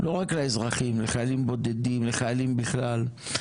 לא רק לאזרחים, לחיילים בודדים לחיילים בכלל.